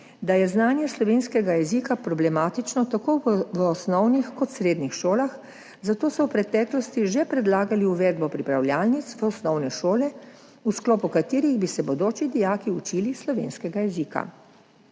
da je znanje slovenskega jezika problematično tako v osnovnih kot v srednjih šolah, zato so v preteklosti že predlagali uvedbo pripravljalnic v osnovne šole, v sklopu katerih bi se bodoči dijaki učili slovenskega jezika.